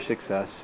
success